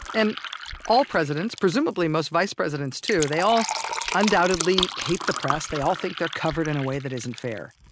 and all presidents presumably most vice presidents, too they all undoubtedly hate the press, they all think they're covered in a way that isn't fair.